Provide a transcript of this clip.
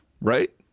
Right